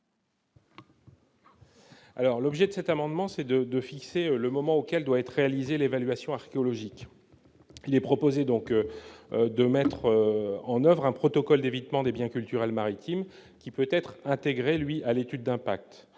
Rapin. Cet amendement vise à fixer le moment auquel doit être réalisée l'évaluation archéologique. Il est proposé de mettre en oeuvre un protocole d'évitement des biens culturels maritimes qui pourra être intégré à l'étude d'impact.